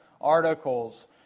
articles